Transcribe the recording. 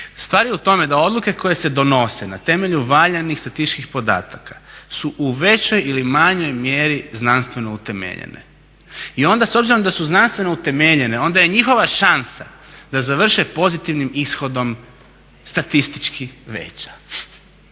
Stvar je u tome da odluke koje se odnose na temelju valjanih statističkih podataka su u većoj ili manjoj mjeri znanstveno utemeljene i onda s obzirom da su znanstveno utemeljene onda je njihova šansa da završe pozitivnim ishodom statički veća.